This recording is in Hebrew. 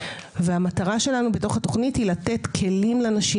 והמטרה שלנו בתוך התוכנית היא לתת כלים לנשים